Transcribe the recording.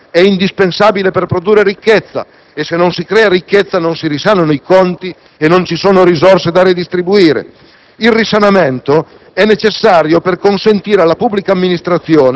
Sono obiettivi legati tra di loro perché la crescita è indispensabile per produrre ricchezza e, se non si crea ricchezza e non si risanano i conti, non ci sono risorse da redistribuire.